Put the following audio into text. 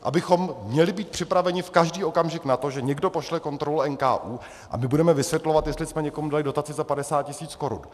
Abychom měli být připraveni v každý okamžik na to, že někdo pošle kontrolu NKÚ a my budeme vysvětlovat, jestli jsme někomu dali dotaci za padesát tisíc korun.